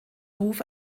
ruf